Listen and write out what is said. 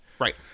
Right